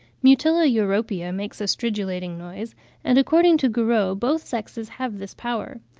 mutilla europaea makes a stridulating noise and according to goureau both sexes have this power.